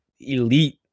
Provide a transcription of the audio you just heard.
elite